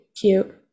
cute